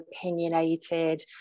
opinionated